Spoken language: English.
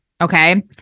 Okay